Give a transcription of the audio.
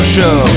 Show